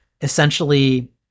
essentially